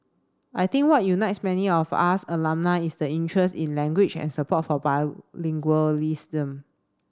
I think what unites many of us alumni is the interest in language and support for bilingualism